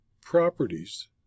Properties